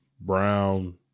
brown